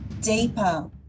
deeper